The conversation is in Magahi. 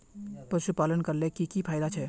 पशुपालन करले की की फायदा छे?